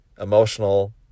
emotional